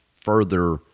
further